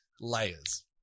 layers